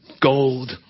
gold